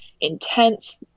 intense